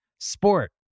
Sport